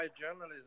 journalism